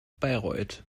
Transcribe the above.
bayreuth